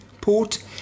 port